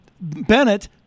Bennett